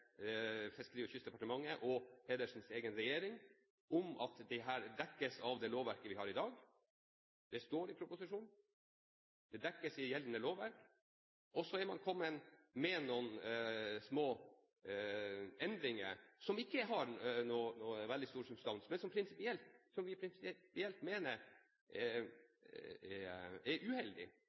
Fiskeri- og kystdepartementet og Pedersens egen regjering om at dette dekkes av det lovverket som vi har i dag – det står i proposisjonen, og det dekkes av gjeldende lovverk – og så er man kommet med noen små endringer, som ikke har noen veldig stor substans, men som vi prinsipielt mener er uheldig,